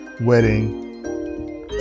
wedding